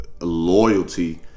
loyalty